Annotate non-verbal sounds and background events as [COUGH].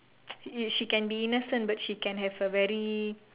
[NOISE] she can be innocent but she can have a very